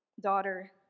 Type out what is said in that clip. Daughter